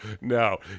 no